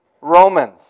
Romans